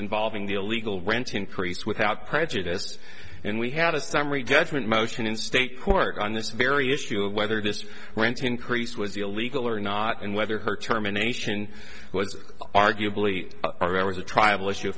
involving the illegal rent increase without prejudice and we had a summary judgment motion in state court on this very issue of whether this went to increase was illegal or not and whether her terminations was arguably was a triable issue